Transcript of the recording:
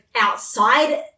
outside